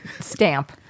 stamp